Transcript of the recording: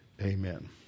Amen